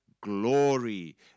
glory